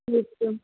हा हा